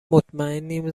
مطمئنیم